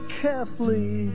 carefully